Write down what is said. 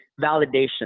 validation